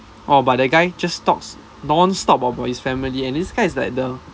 orh but that guy just talks nonstop about his family and this guy is like the